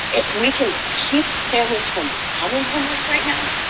if we can keep families from becoming homeless right now,